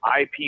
IP